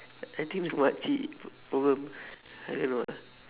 I think the mak cik problem I don't know lah